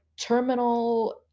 terminal